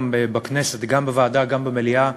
היום כאן בכנסת, גם בוועדה וגם במליאה,